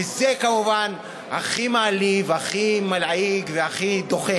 וזה כמובן הכי מעליב, הכי מלעיג והכי דוחה.